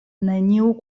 neniu